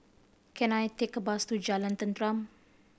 can I take a bus to Jalan Tenteram